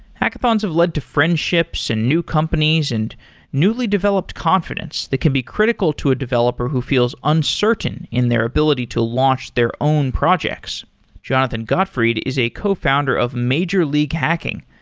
hackathons have led to friendships and new companies and newly developed confidence that can be critical to a developer who feels uncertain in their ability to launch their own projects jonathan gottfried is a co-founder of major league hacking,